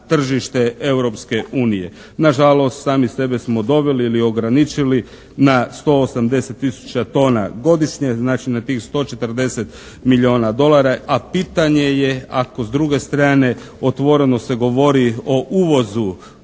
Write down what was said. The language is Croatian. unije. Na žalost sami sebe smo doveli ili ograničili na 180 tisuća tona godišnje, znači na tih 140 milijona dolara, a pitanje je ako s druge strane otvoreno se govori o uvozu